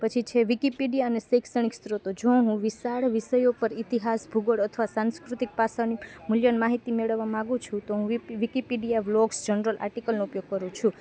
પછી છે વિકીપીડિયા અને શૈક્ષણિક સ્ત્રોતો જો હું વિશાળ વિષયો ઉપર ઇતિહાસ ભૂગોળ અથવા સાંસ્કૃતિક પાસાની મૂલ્યવાન માહિતી મેળવવા માગું છું તો હું વિકીપીડિયા વલોગ્સ જનરલ આર્ટિકલનો ઉપયોગ કરું છું